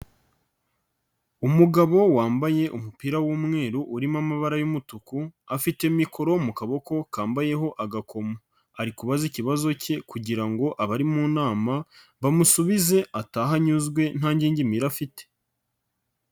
Umugabo wambaye umupira w'umweru, urimo amabara y'umutuku, afite mikoro mu kaboko kambayeho agakoma. Ari kubabaze ikibazo cye kugira abari mu nama bamusubize atahe anyuzwe nta ngingimira afite.